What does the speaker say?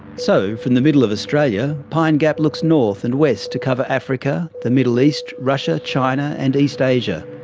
so from the middle of australia, pine gap looks north and west to cover africa, the middle east, russia, china, and east asia.